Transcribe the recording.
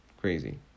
crazy